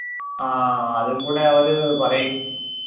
ആഹ് അതും കൂടെ അവർ പറയും